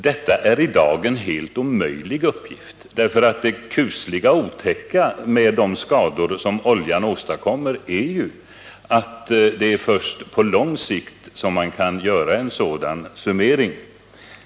Det är i dag en helt omöjlig uppgift att lämna ett sådant besked, för det kusliga och otäcka med de skador som oljan åstadkommer är ju att det först på lång sikt är möjligt att göra en sådan summering.